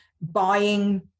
buying